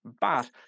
But-